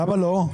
למה לא?